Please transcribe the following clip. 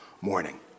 morning